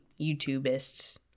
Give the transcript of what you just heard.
YouTubists